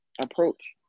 approach